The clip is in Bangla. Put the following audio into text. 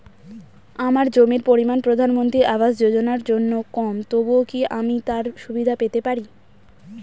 আমার জমির পরিমাণ প্রধানমন্ত্রী আবাস যোজনার জন্য কম তবুও কি আমি তার সুবিধা পেতে পারি?